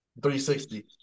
360